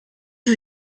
ist